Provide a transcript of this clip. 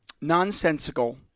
nonsensical